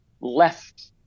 left